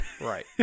Right